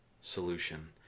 solution